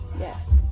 Yes